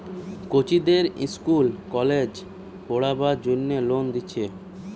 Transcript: কচিদের ইস্কুল কলেজে পোড়বার জন্যে লোন দিচ্ছে